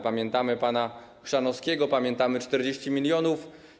Pamiętamy pana Chrzanowskiego, pamiętamy 40 mln.